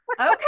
Okay